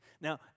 Now